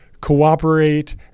cooperate